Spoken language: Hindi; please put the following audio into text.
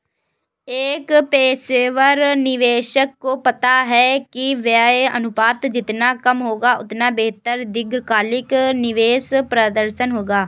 एक पेशेवर निवेशक को पता है कि व्यय अनुपात जितना कम होगा, उतना बेहतर दीर्घकालिक निवेश प्रदर्शन होगा